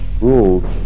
rules